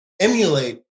emulate